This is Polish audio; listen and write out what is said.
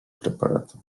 preparatu